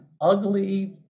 ugly